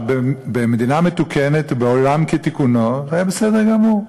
במדינה מתוקנת, בעולם כתיקונו, זה היה בסדר גמור.